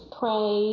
pray